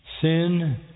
Sin